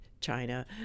China